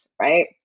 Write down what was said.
right